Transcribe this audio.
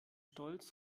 stolz